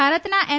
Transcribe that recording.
ભારતના એમ